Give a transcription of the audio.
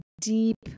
deep